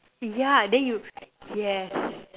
yeah then you yes